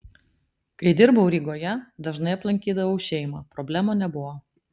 kai dirbau rygoje dažnai aplankydavau šeimą problemų nebuvo